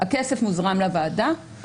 הכסף מוזרם לוועדה,